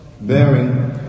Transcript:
bearing